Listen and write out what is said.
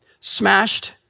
smashed